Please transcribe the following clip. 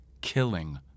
killing